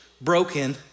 broken